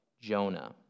Jonah